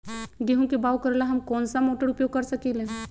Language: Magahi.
गेंहू के बाओ करेला हम कौन सा मोटर उपयोग कर सकींले?